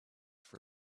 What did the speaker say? for